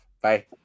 Bye